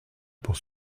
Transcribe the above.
pour